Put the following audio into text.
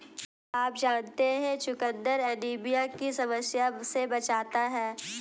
क्या आप जानते है चुकंदर एनीमिया की समस्या से बचाता है?